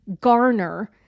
garner